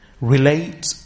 relate